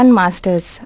masters